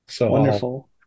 Wonderful